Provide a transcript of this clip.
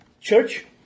church